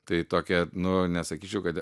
tai tokia nu nesakyčiau kad